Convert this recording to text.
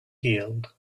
healed